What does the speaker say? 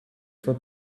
for